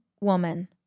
woman